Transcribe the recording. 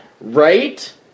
right